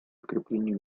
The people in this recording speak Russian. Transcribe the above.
укреплению